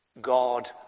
God